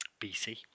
bc